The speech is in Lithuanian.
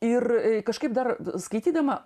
ir kažkaip dar skaitydama